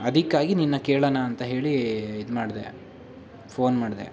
ಅದಕ್ಕಾಗಿ ನಿನ್ನ ಕೇಳಣ ಅಂತ ಹೇಳಿ ಇದು ಮಾಡಿದೆ ಫೋನ್ ಮಾಡಿದೆ